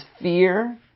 fear